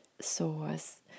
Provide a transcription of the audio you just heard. Source